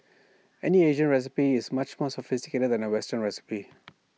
any Asian recipe is much more sophisticated than A western recipe